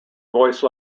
voice